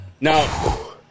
Now